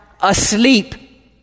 asleep